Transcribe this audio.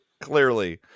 Clearly